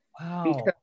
Wow